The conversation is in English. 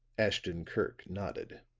ashton-kirk nodded.